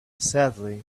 sadly